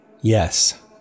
Yes